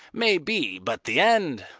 may be, but the end!